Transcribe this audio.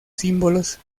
símbolos